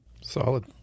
Solid